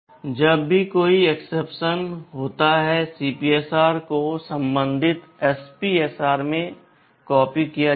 जब भी कोई एक्सेप्शन होता है CPSR को संबंधित SPSR में कॉपी किया जाएगा